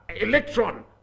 electron